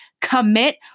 commit